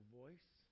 voice